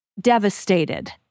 devastated